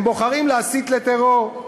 הם בוחרים להסית לטרור.